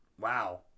wow